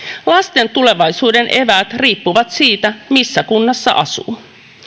lasten tulevaisuuden eväät riippuvat siitä missä kunnassa asuu